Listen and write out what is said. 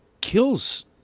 kills